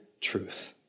truth